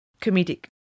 comedic